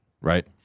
right